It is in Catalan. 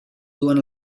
duen